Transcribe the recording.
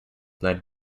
led